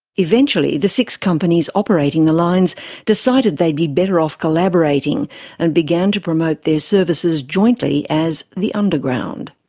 eventually the six companies operating the lines decided they'd be better off collaborating and began to promote their services jointly as the underground.